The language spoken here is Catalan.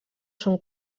són